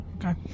Okay